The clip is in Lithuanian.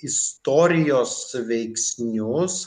istorijos veiksnis